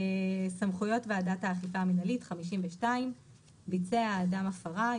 52.סמכויות ועדת האכיפה המינהלית ביצע אדם הפרה,